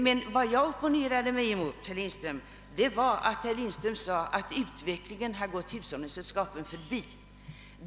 Men vad jag opponerar mig emot var det som herr Lindström sade om att utvecklingen har gått hushållningssällskapen förbi.